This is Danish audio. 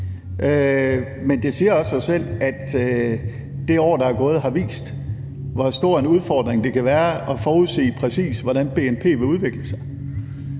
Men det siger også sig selv, at det år, der er gået, har vist, hvor stor en udfordring det kan være at forudsige, præcis hvordan bnp vil udvikle sig.